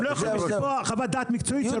הם לא יכולים לפגוע בחוות דעת מקצועית.